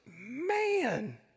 man